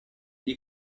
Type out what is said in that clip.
gli